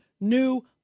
new